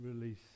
release